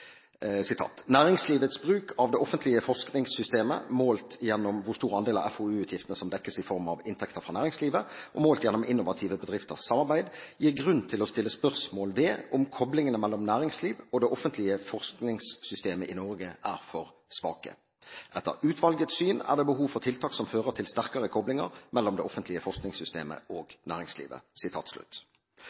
offentlige forskningssystemet, målt gjennom hvor stor andel av FoU-utgiftene som dekkes i form av inntekter fra næringslivet og målt gjennom innovative bedrifters samarbeid, gir grunn til å stille spørsmål om koblingene mellom næringsliv og det offentlige forskningssystemet i Norge er for svake. Etter utvalgets syn er det behov for tiltak som fører til sterkere koblinger mellom det offentlige forskningssystemet og næringslivet.»